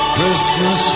Christmas